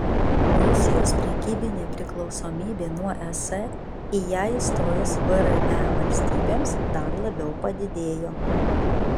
rusijos prekybinė priklausomybė nuo es į ją įstojus vre valstybėms dar labiau padidėjo